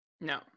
no